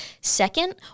Second